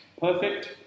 perfect